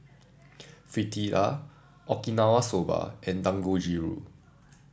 Fritada Okinawa Soba and Dangojiru